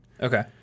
Okay